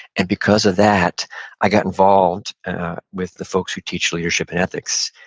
and because of that i got involved with the folks who teach leadership and ethics,